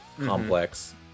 complex